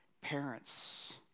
parents